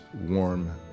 warm